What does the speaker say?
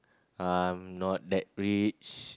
I'm not that rich